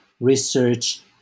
research